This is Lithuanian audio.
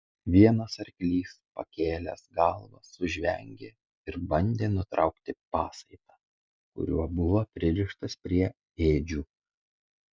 vienas arklys pakėlęs galvą sužvengė ir bandė nutraukti pasaitą kuriuo buvo pririštas prie ėdžių